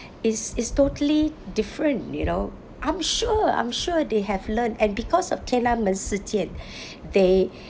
it's it's totally different you know I'm sure I'm sure they have learnt and because of 天安门事件 they